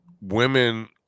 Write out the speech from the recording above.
Women